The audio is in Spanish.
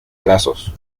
grasos